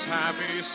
happy